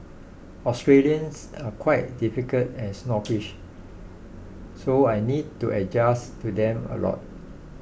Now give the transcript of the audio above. Australians are quite difficult and snobbish so I need to adjust to them a lot